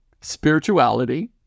spirituality